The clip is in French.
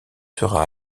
sera